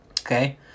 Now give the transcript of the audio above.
Okay